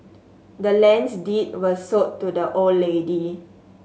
the land's deed was sold to the old lady